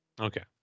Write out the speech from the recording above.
Okay